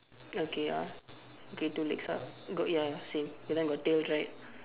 okay ya okay two legs up got ya same and then got tail right